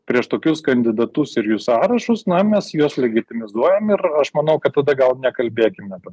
prieš tokius kandidatus ir jų sąrašus na mes juos legitimizuojam ir aš manau kad tada gal nekalbėkim apie